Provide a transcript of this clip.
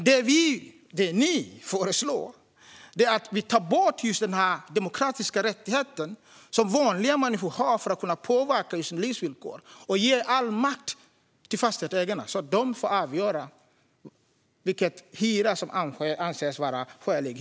Det som föreslås är att ta bort just den demokratiska rättighet som vanliga människor har för att kunna påverka sina livsvillkor och ge all makt till fastighetsägarna, så att de får avgöra vilken hyra som anses skälig.